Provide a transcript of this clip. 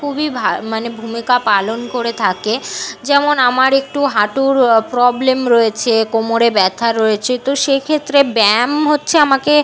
খুবই মানে ভূমিকা পালন করে থাকে যেমন আমার একটু হাঁটুর প্রবলেম রয়েছে কোমরে ব্যথা রয়েছে তো সে ক্ষেত্রে ব্যায়াম হচ্ছে আমাকে